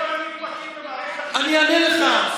אני אענה לך.